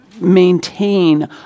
maintain